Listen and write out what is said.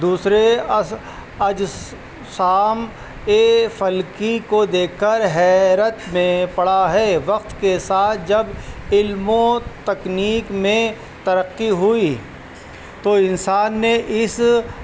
دوسرے اجسامِ فلکی کو دیکھ کر حیرت میں پڑا ہے وقت کے ساتھ جب علم و تکنیک میں ترقی ہوئی تو انسان نے اس